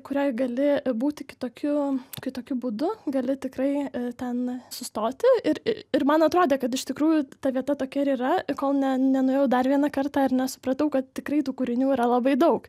kurioj gali būti kitokiu kitokiu būdu gali tikrai ten sustoti ir ir man atrodė kad iš tikrųjų ta vieta tokia ir yra kol ne nenuėjau dar vieną kartą ir nesupratau kad tikrai tų kūrinių yra labai daug